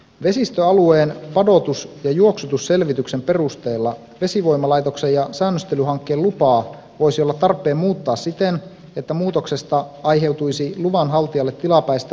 vesistöalueen padotus ja juoksutusselvityksen perusteella vesivoimalaitoksen ja säännöstelyhankkeen lupaa voisi olla tarpeen muuttaa siten että muutoksesta aiheutuisi luvan haltijalle tilapäistä vesivoiman menetystä